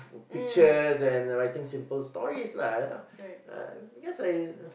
pictures and writing simple stories lah you know I guess I